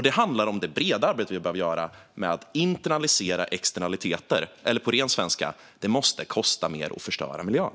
Det handlar om det breda arbete vi behöver göra med att internalisera externaliteter, eller på ren svenska: Det måste kosta mer att förstöra miljön.